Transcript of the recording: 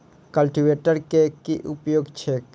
Cultivator केँ की उपयोग छैक?